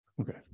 Okay